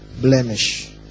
blemish